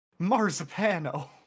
Marzipano